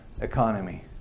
economy